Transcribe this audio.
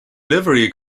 livery